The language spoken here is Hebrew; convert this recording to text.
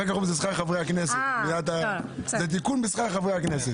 פשוט אחר כך אומרים שזה תיקון ב"שכר חברי הכנסת"...